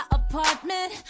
apartment